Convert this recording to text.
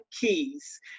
Keys